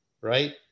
Right